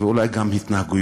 ואולי גם התנהגויות.